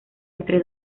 entre